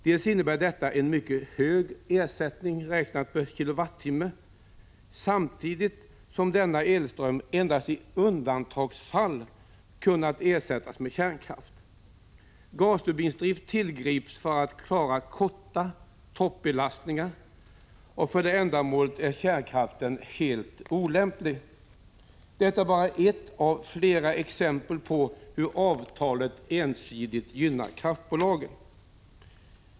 Det innebär en mycket hög ersättning per kilowattimme, samtidigt som denna elström endast i undantagsfall har kunnat ersättas med kärnkraft. Gasturbindrift tillgriper man för att klara kortvariga toppbelastningar, och för det ändamålet är kärnkraften helt olämplig. Detta är bara ett av flera exempel på hur avtalet ensidigt gynnar kraftbolagen.